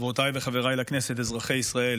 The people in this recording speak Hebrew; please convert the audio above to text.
חברותיי וחבריי לכנסת, אזרחי ישראל,